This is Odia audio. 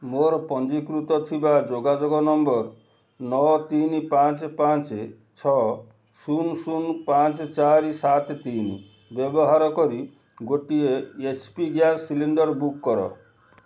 ମୋର ପଞ୍ଜୀକୃତ ଥିବା ଯୋଗାଯୋଗ ନମ୍ବର୍ ନଅ ତିନି ପାଞ୍ଚ ପାଞ୍ଚ ଛଅ ଶୂନ ଶୂନ ପାଞ୍ଚ ଚାରି ସାତ ତିନି ବ୍ୟବାହାର କରି ଗୋଟିଏ H P gas cylinder book କର